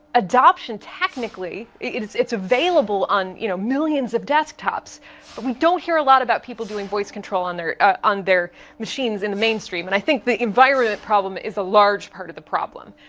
adoption technically. it's it's available on you know millions of desktops but don't hear a lot about people doing voice control on their ah on their machines in the mainstream. and i think the environment problem is a large part of the problem.